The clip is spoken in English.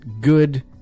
good